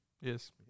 Yes